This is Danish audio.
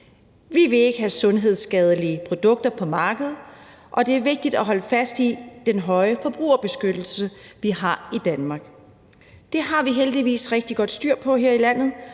Vi vil ikke have sundhedsskadelige produkter på markedet, og det er vigtigt at holde fast i den høje forbrugerbeskyttelse, vi har i Danmark. Det har vi heldigvis rigtig godt styr på her i landet,